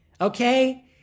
okay